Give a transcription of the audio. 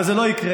אבל זה לא יקרה.